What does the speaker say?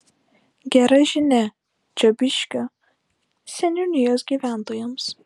gera žinia čiobiškio seniūnijos gyventojams